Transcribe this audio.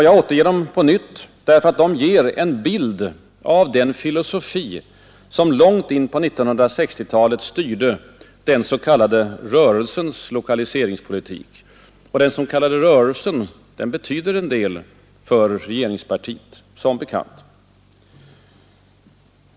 Jag återger det här därför att det ger en bild av den filosofi som långt in på 1960-talet styrde den s.k. rörelsens lokaliseringspolitik. Och den s.k. rörelsen betyder som bekant en del för regeringens politik.